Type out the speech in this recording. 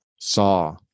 Saw